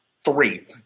three